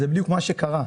וזה בדיוק מה שקרה.